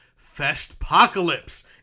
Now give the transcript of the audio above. Festpocalypse